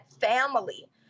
family